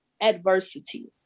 adversity